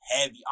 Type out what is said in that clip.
heavy